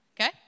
okay